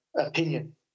opinion